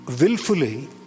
willfully